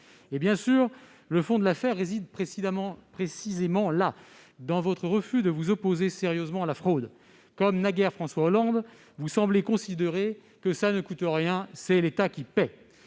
le fond de l'affaire réside précisément là : dans votre refus de vous opposer sérieusement à la fraude. Comme François Hollande naguère, vous semblez considérer que « cela ne coûte rien, c'est l'État qui paie